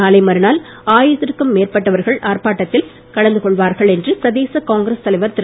நாளை மறுநாள் ஆயிரத்திற்கும் மேற்பட்டவர்கள் ஆர்ப்பாட்டத்தில் கலந்து கொள்வார்கள் என்று பிரதேச காங்கிரஸ் தலைவர் திரு